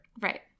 Right